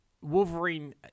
Wolverine